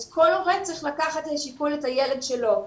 אז כל הורה צריך לקחת שיקול לגבי הילד שלו.